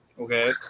okay